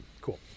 cool